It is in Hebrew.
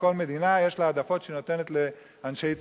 כל מדינה יש לה העדפות שהיא נותנת לאנשי צבא,